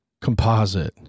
composite